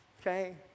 okay